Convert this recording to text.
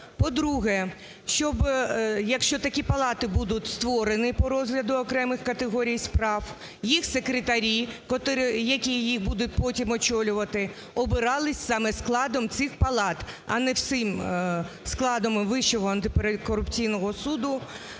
По-друге, щоб, якщо такі палати будуть створені по розгляду окремих категорій справ, їх секретарі, які їх будуть потім очолювати, обирались саме складом цих палат, а не всім складом Вищого антикорупційного суду,